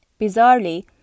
Bizarrely